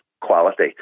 quality